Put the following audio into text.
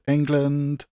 England